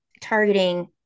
targeting